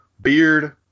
beard